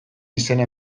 izena